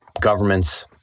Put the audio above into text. Governments